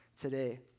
today